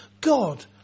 God